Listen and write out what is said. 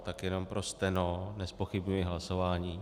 Tak jenom pro steno, nezpochybňuji hlasování.